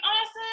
Awesome